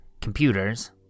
computers